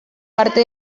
parte